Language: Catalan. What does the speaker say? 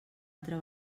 altra